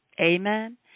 Amen